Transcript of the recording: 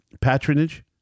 patronage